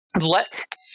let